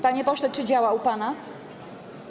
Panie pośle, czy działa u pana?